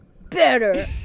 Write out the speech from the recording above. better